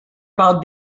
about